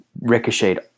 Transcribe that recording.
ricocheted